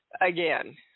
again